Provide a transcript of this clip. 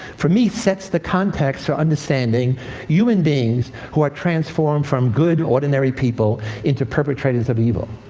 for me, sets the context for understanding human beings who are transformed from good, ordinary people into perpetrators of evil.